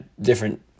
different